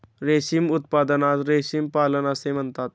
रेशीम उत्पादनास रेशीम पालन असे म्हणतात